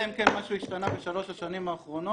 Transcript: כן משהו השתנה בשלוש השנים האחרונות.